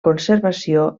conservació